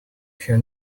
her